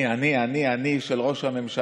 אני אני אני אני אני של ראש הממשלה,